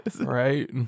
Right